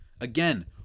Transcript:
Again